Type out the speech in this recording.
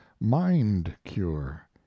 mind-cure